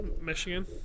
Michigan